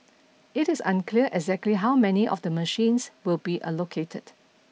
it is unclear exactly how many of the machines will be allocated